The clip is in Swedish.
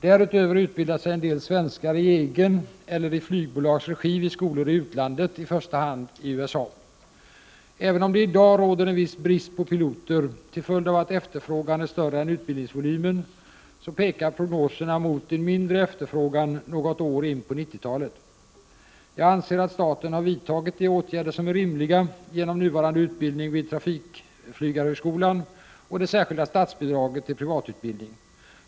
Därutöver utbildar sig en del svenskar i egen eller i flygbolags regi vid skolor i utlandet, i första hand USA. Även om det i dag råder en viss brist på piloter till följd av att efterfrågan är större än utbildningsvolymen, pekar prognoserna mot en mindre efterfrågan något år in på 90-talet. Jag anser att staten har vidtagit de åtgärder som är rimliga genom nuvarande utbildning vid trafikflygarhögskolan och det särskilda statsbidraget till privatutbildning.